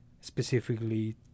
specifically